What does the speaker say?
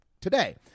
today